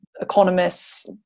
economists